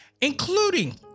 including